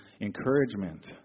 encouragement